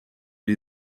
die